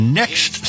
next